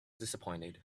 disappointed